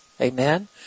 Amen